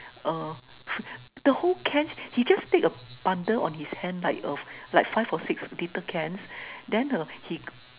uh the whole can he just take a bundle on his hands like of like five or six little can then uh he